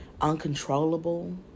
uncontrollable